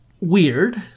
weird